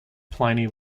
pliny